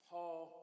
Paul